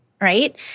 right